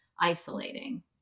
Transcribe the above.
isolating